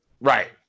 Right